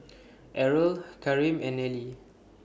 Errol Kareem and Nellie